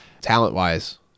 talent-wise